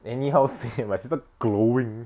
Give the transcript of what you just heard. anyhow say my sister glowing